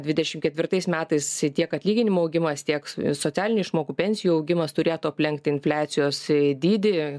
dvidešimt ketvirtais metais tiek atlyginimų augimas sieks socialinių išmokų pensijų augimas turėtų aplenkti infliacijos dydį